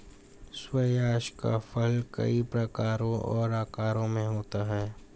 squash का फल कई प्रकारों और आकारों में होता है